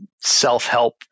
self-help